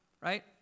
right